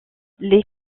les